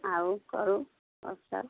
आउ करू गपशप